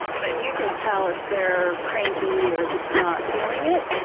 but you can tell if they're cranky or just not feeling it.